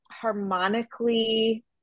harmonically